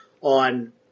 on